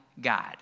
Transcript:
God